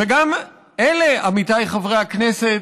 וגם אלה, עמיתיי חברי הכנסת,